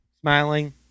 Smiling